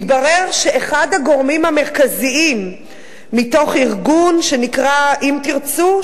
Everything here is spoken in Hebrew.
מתברר שאחד הגורמים המרכזיים מתוך ארגון שנקרא "אם תרצו",